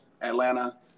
Atlanta